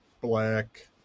black